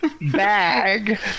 bag